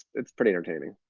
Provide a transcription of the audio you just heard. it's pretty entertaining.